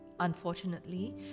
Unfortunately